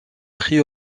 pris